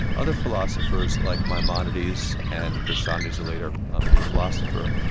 other philosophers like maimonides and gersonides, a later ah medieval philosopher,